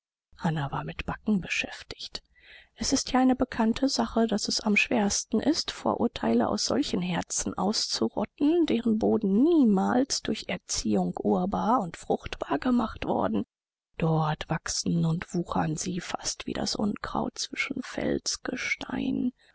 war mit backen beschäftigt es ist ja eine bekannte sache daß es am schwersten ist vorurteile aus solchen herzen auszurotten deren boden niemals durch erziehung urbar und fruchtbar gemacht worden dort wachsen und wuchern sie fast wie das unkraut zwischen